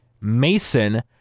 Mason